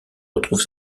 retrouve